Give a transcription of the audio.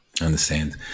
understand